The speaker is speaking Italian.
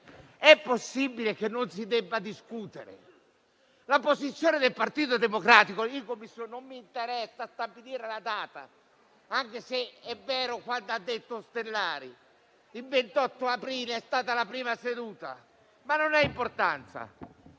è possibile che non si debba discutere? Penso alla posizione del Partito Democratico in Commissione e non mi interessa stabilire la data, anche se è vero quanto detto dal presidente Ostellari. Il 28 aprile c'è stata la prima seduta, ma non ha importanza.